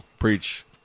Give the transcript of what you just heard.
Preach